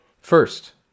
First